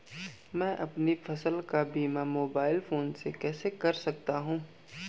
मैं अपनी फसल का बीमा मोबाइल फोन से कैसे कर सकता हूँ?